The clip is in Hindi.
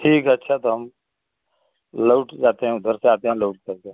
ठीक है अच्छा तो हम लौट के आते हैं उधर से आते हैं लौट करके